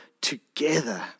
together